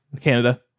Canada